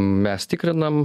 mes tikrinam